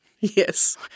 Yes